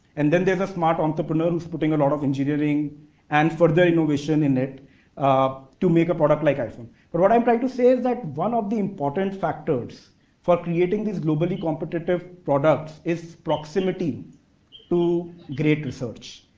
and then there's a smart entrepreneur who's putting a lot of engineering and further innovation in it um to make a product like iphone. but, what i'm trying to say is that one of the important factors for creating this globally competitive products is proximity to great research,